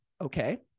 Okay